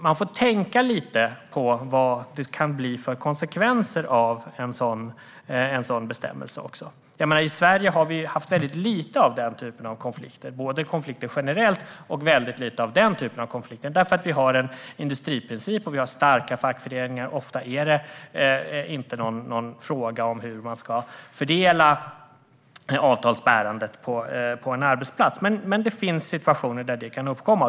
Man får tänka lite på vad det kan bli för konsekvenser av en sådan bestämmelse. I Sverige har vi haft väldigt lite av den typen av konflikter, både av konflikter generellt och av den typen av konflikter. Vi har en industriprincip, och vi har starka fackföreningar. Ofta är det inte någon fråga om hur man ska fördela avtalsbärandet på en arbetsplats. Men det finns situationer där det kan uppkomma.